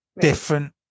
different